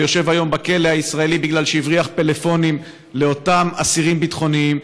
ויושב היום בכלא הישראלי בגלל שהבריח פלאפונים לאסירים ביטחוניים.